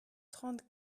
trente